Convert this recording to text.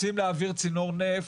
רוצים להעביר צינור נפט?